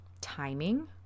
timing